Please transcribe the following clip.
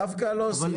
דווקא לא, סימון.